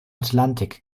atlantik